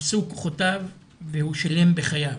אפסו כוחותיו והוא שילם בחייו.